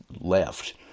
left